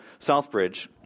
Southbridge